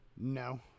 No